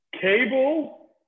Cable